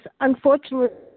unfortunately